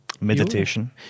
meditation